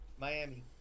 Miami